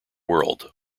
world